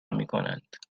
میکنند